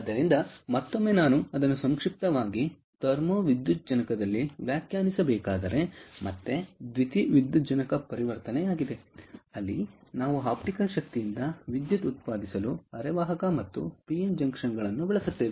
ಆದ್ದರಿಂದ ಮತ್ತೊಮ್ಮೆ ನಾನು ಅದನ್ನು ಸಂಕ್ಷಿಪ್ತವಾಗಿ ಥರ್ಮೋ ದ್ಯುತಿವಿದ್ಯುಜ್ಜನಕದಲ್ಲಿ ವ್ಯಾಖ್ಯಾನಿಸ ಬೇಕಾದರೆ ಮತ್ತೆ ದ್ಯುತಿವಿದ್ಯುಜ್ಜನಕ ಪರಿವರ್ತನೆಯಾಗಿದೆ ಅಲ್ಲಿ ನಾವು ಆಪ್ಟಿಕಲ್ ಶಕ್ತಿಯಿಂದ ವಿದ್ಯುತ್ ಉತ್ಪಾದಿಸಲು ಅರೆವಾಹಕ ಮತ್ತು ಪಿ ಎನ್ ಜಂಕ್ಷನ್ಗಳನ್ನು ಬಳಸುತ್ತೇವೆ